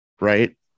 right